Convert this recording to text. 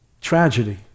tragedy